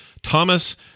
Thomas